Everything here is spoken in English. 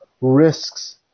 Risks